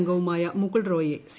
അംഗവുമായ മുകുൾ റോയിയെ സി